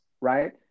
right